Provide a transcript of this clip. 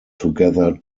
together